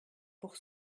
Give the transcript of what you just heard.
pour